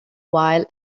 while